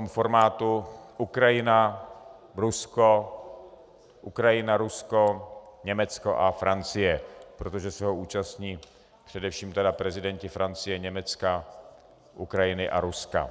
ve formátu Ukrajina, Rusko, Německo a Francie, protože se jich zúčastní především prezidenti Francie, Německa, Ukrajiny a Ruska.